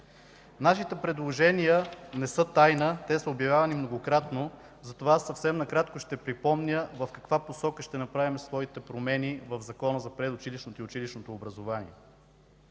Нашите предложения не са тайна, те са обявявани многократно. Затова съвсем накратко ще припомня в каква посока ще направим своите промени в Закона за предучилищното и училищното образование.